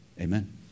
Amen